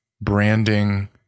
branding